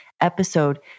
episode